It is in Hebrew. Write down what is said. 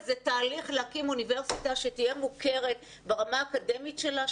תהליך להקים אוניברסיטה שתהיה מוכרת ברמה האקדמית שלה,